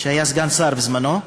שהיה סגן שר בזמנו,